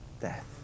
death